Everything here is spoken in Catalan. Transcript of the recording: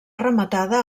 rematada